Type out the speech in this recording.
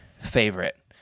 favorite